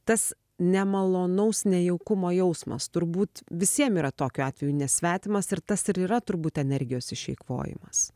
tas nemalonaus nejaukumo jausmas turbūt visiem yra tokiu atveju nesvetimas ir tas ir yra turbūt energijos išeikvojimas